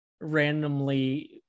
randomly